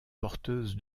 porteuse